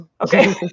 Okay